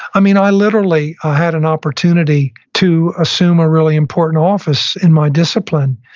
i mean, i literally had an opportunity to assume a really important office in my discipline,